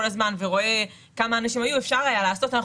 הזמן ורואה כמה אנשים היו ברכב אפשר היה לעשות את זה.